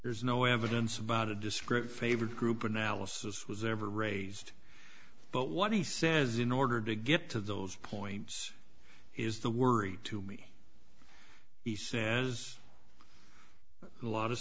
there's no evidence about a discrete favored group analysis was ever raised but what he says in order to get to those points is the worry to me he says a lot of